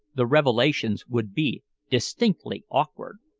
the revelations would be distinctly awkward.